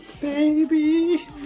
Baby